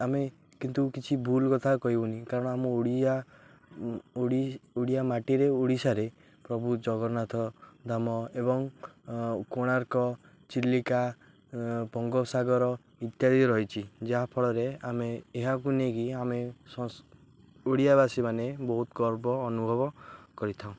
ଆମେ କିନ୍ତୁ କିଛି ଭୁଲ୍ କଥା କହିବୁନି କାରଣ ଆମ ଓଡ଼ିଆ ଓଡ଼ିଆ ମାଟିରେ ଓଡ଼ିଶାରେ ପ୍ରଭୁ ଜଗନ୍ନାଥ ଧାମ ଏବଂ କୋଣାର୍କ ଚିଲିକା ବଙ୍ଗୋପସାଗର ଇତ୍ୟାଦି ରହିଛି ଯାହାଫଳରେ ଆମେ ଏହାକୁ ନେଇକି ଆମେ ଓଡ଼ିଆବାସୀମାନେ ବହୁତ ଗର୍ବ ଅନୁଭବ କରିଥାଉ